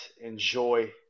enjoy